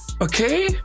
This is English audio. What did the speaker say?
okay